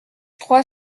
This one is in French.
trois